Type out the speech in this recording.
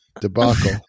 debacle